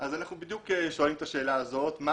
אז אנחנו בדיוק שואלים את השאלה הזאת: מה